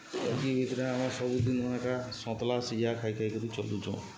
ଇ ଭିତ୍ରେ ଆମେ ସବୁ ଦିନେ ଏକା ସତ୍ଲା ସିଝା ଖାଇ ଖାଇ କରି ଚଲୁଚୁଁ